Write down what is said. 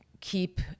keep